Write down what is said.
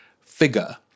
figure